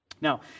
Now